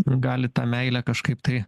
gali tą meilę kažkaip tai